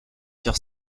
sur